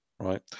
Right